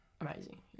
amazing